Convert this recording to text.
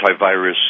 antivirus